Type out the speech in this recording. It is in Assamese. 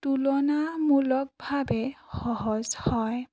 তুলনামূলকভাৱে সহজ হয়